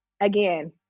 Again